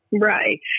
Right